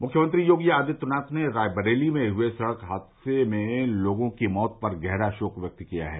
में मुख्यमंत्री योगी आदित्यनाथ ने रायबरेली में हुए सड़क हादसे में लोगों की मौत पर गहरा शोक व्यक्त किया है